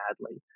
badly